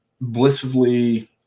blissfully